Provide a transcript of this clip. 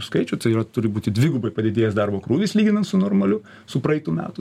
skaičių tai yra turi būti dvigubai padidėjęs darbo krūvis lyginan su normaliu su praeitų metų